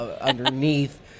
underneath